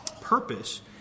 purpose